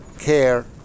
care